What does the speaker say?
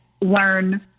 learn